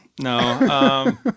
No